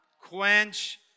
quench